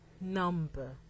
number